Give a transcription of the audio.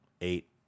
Eight